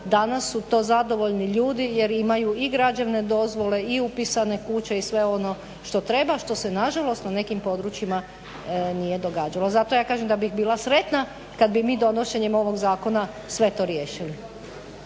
Danas su to zadovoljni ljudi jer imaju i građevne dozvole i upisane kuće i sve ono što treba, što se nažalost na nekim područjima nije događalo. Zato ja kažem da bih bila sretna kad bi mi donošenjem ovog zakona sve to riješili.